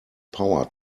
power